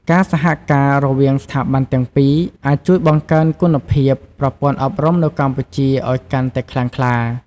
ការសហការរវាងស្ថាប័នទាំងពីរ អាចជួយបង្កើនគុណភាពប្រព័ន្ធអប់រំនៅកម្ពុជាឲ្យកាន់តែខ្លាំងក្លា។